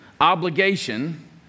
obligation